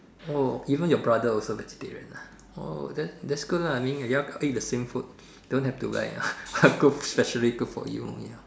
oh even your brother also vegetarian ah that's that's good lah you all can eat the same food don't have to like specially cook for you only ah